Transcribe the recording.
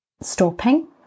stopping